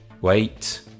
wait